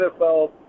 NFL –